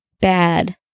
bad